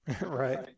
right